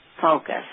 focus